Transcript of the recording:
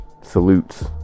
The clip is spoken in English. salutes